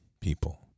people